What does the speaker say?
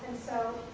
so,